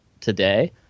today